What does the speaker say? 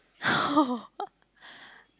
oh